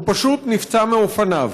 הוא פשוט נפצע מאופניו.